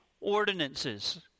ordinances